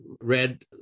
read